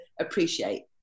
appreciate